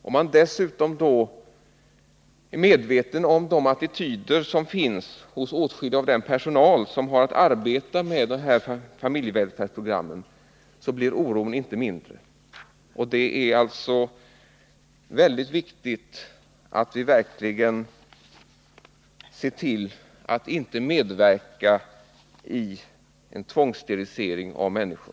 Om man dessutom är medveten om de attityder som finns hos åtskilliga av den personal som har att arbeta med dessa familjevälfärdsprogram blir oron inte mindre. Det är mycket viktigt att vi verkligen ser till att vi inte medverkar i en tvångssterilisering av människor.